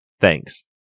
Thanks